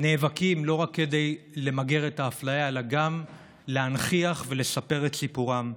נאבקות לא רק למגר את האפליה אלא גם להנכיח ולספר את סיפורן.